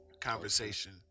conversation